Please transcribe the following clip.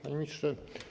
Panie Ministrze!